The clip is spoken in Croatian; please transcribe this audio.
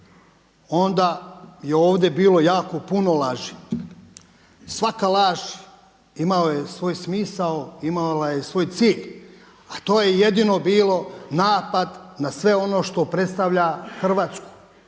onda je ovdje bilo jako puno laži. Svaka laž imala je svoj smisao, imala je svoj cilj, a to je jedino bilo napad na sve ono što predstavlja Hrvatsku